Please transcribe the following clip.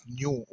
new